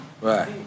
Right